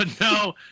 no